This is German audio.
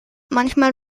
manchmal